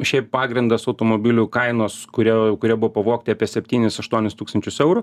šiaip pagrindas automobilių kainos kurie kurie buvo pavogti apie septynis aštuonis tūkstančius eurų